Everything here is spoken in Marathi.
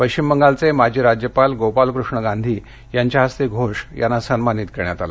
पश्चिम बंगालये माजी राज्यपाल गोपालकृष्ण गांधी यांच्या हस्ते घोष यांना हा पुरस्कार देण्यात आला